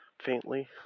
faintly